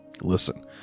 Listen